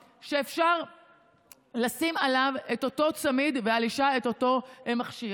שאפשר לשים עליו את אותו צמיד ועל האישה את אותו מכשיר.